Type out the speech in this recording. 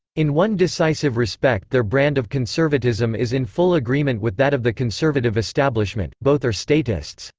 in one decisive respect their brand of conservatism is in full agreement with that of the conservative establishment both are statists.